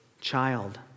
child